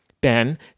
Ben